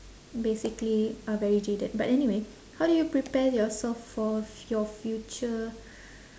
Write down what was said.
basically are very jaded but anyway how do you prepare yourself for your future